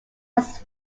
his